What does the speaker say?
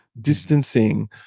distancing